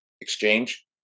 exchange